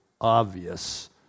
obvious